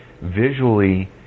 visually